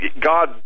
God